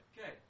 Okay